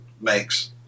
makes